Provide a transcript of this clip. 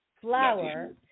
flower